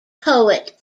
poet